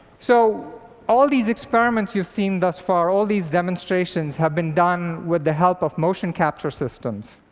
so all these experiments you've seen thus far, all these demonstrations, have been done with the help of motion-capture systems.